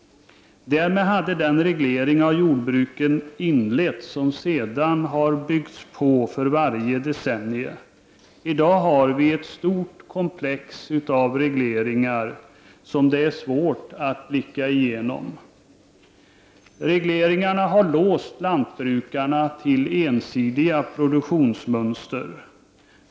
Därmed hade den reglering av jordbruket inletts som sedan har byggts på för varje decennium. I dag har vi ett stort komplex av regleringar som det är svårt att överblicka. Regleringarna har låst lantbrukarna i ensidiga produktionsmönster.